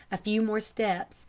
a few more steps,